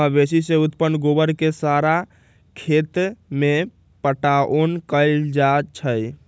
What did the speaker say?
मवेशी से उत्पन्न गोबर के सड़ा के खेत में पटाओन कएल जाइ छइ